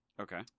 Okay